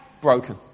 broken